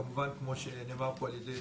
כמובן כמו שנאמר פה על ידי